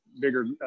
bigger